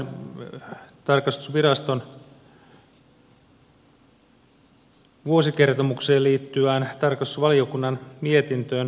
lopuksi tähän tarkastusviraston vuosikertomukseen liittyvän tarkastusvaliokunnan mietintöön